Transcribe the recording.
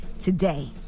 today